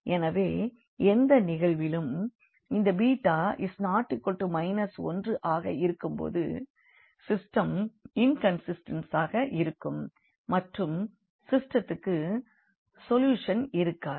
எனவே எந்த நிகழ்விலும் இந்த β≠ 1 ஆக இருக்கும் போது சிஸ்டம் இன்கண்சிஸ்டன்டாக இருக்கும் மற்றும் சிஸ்டத்துக்கு சொல்யூஷன் இருக்காது